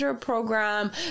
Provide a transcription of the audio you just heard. program